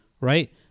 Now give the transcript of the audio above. right